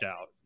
out